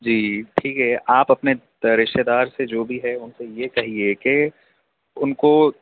جی ٹھیک ہے آپ اپنے رشتہ دار سے جو بھی ہے ان سے یہ کہیے کہ ان کو